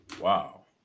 Wow